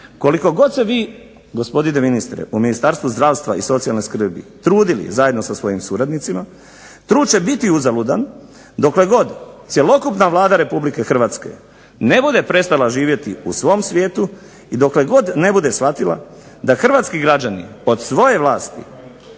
koliko god se vi gospodine ministre u Ministarstvu zdravstva i socijalne skrbi trudili zajedno sa svojim suradnicima trud će biti uzaludan dokle god cjelokupna Vlada Republike Hrvatske ne bude prestala živjeti u svom svijetu i dokle god ne bude shvatila da hrvatski građani od svoje vlasti